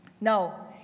Now